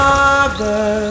Father